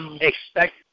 expect